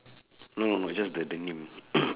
no no no just the the name